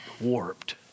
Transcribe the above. warped